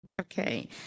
Okay